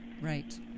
Right